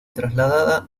trasladada